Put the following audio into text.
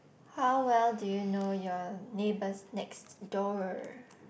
how well do you know your neighbours next door